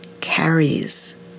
carries